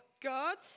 God